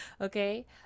Okay